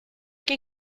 que